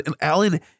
Alan